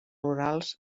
rurals